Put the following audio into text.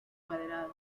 cuadrado